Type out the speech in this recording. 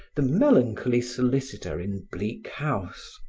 the melancholy solicitor in bleak house.